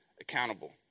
accountable